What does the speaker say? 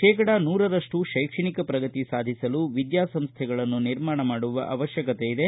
ಶೇಕಡಾ ನೂರರಪ್ಪು ಶೈಕ್ಷಣಿಕ ಪ್ರಗತಿ ಸಾಧಿಸಲು ವಿದ್ಯಾಸಂಸ್ಥೆಗಳನ್ನು ನಿರ್ಮಾಣ ಮಾಡುವ ಅವಶ್ಯಕತೆ ಇದೆ